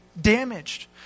damaged